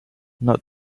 not